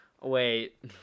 Wait